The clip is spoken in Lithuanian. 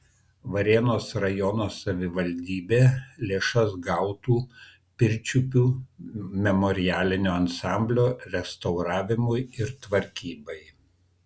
varėnos rajono savivaldybė lėšas gautų pirčiupių memorialinio ansamblio restauravimui ir tvarkybai